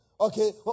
Okay